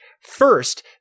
first